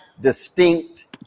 distinct